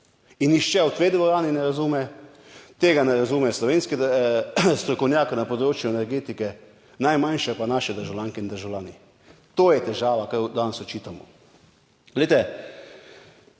In nihče v tej dvorani ne razume. Tega ne razume slovenski strokovnjaki na področju energetike, najmanjše pa naši državljanke in državljani. To je težava, ki jo danes očitamo.